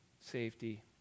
safety